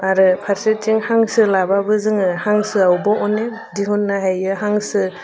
आरो फारसेथिं हांसो लाबाबो जोङो हांसोआवबो अनेक दिहुननो हायो हांसो